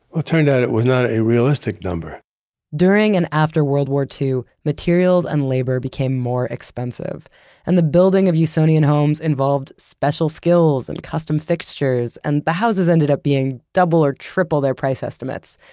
ah turned out it was not a realistic number during and after world war ii, materials and labor became more expensive and the building of usonian homes involved special skills and custom fixtures and the houses ended up being double or triple their price estimates.